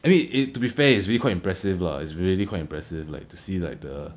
I mean it to be fair it's really quite impressive lah it's really quite impressive like to see like the